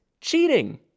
cheating